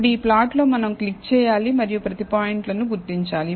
ఇప్పుడు ఈ ప్లాట్లో మనం క్లిక్ చేయాలి మరియు ప్రతి పాయింట్లను గుర్తించాలి